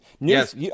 Yes